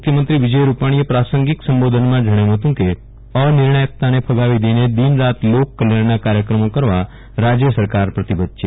મુખ્યમંત્રી વિજય રૂપાજીએ પ્રાસંગીક સંબોધનમાં જજ્ઞાવ્યું હતું કે અનિર્ણાયકતાને ફગાવી દઈને દિન રાત લોક કલ્યાજ્ઞના કાર્યક્રમો કરવા રાજય સરકાર પ્રતિબધ્ધ છે